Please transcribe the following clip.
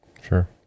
Sure